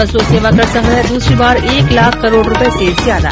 वस्तु और सेवाकर संग्रह दूसरी बार एक लाख करोड़ रूपये से ज्यादा